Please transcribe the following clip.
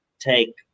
take